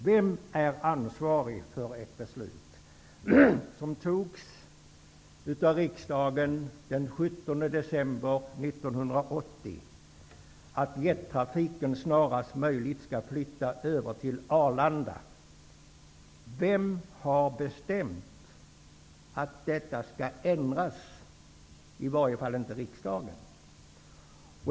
Vem har bestämt att det beslut som fattades av riksdagen den 17 december 1980, vilket innebar att jettrafiken snarast möjligt skulle flytta över till Arlanda, skall ändras? Det är i alla fall inte riksdagen.